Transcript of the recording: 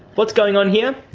what's going on here?